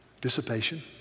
dissipation